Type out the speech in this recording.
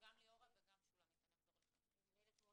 לחתוך את הצילום.